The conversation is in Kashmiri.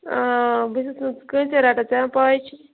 بہٕ چھَس نہٕ کٲنٛسے رَٹان ژےٚ وۄنۍ پاے چھے